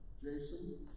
Jason